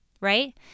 right